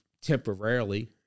temporarily